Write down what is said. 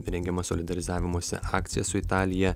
rengiama solidarizavimosi akcija su italija